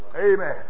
Amen